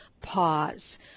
pause